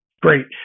Great